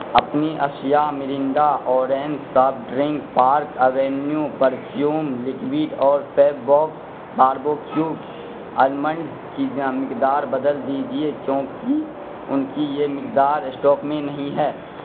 اپنی اشیا Mirinda orange soft drink park avenue perfume liquid اور فیب باکس باربوکیو آلمڈز کی مقدار بدل دیجیے کیونکہ ان کی یہ مقدار اسٹاک میں نہیں ہے